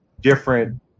different